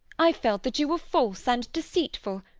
i felt that you were false and deceitful.